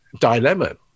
dilemma